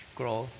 grow